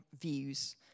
views